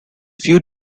few